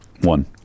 one